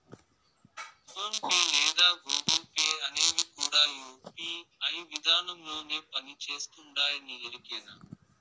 phone pay లేదా Google Pay అనేవి కూడా యూ.పీ.ఐ విదానంలోనే పని చేస్తుండాయని ఎరికేనా